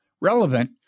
relevant